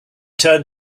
turned